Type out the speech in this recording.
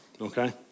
okay